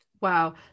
Wow